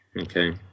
Okay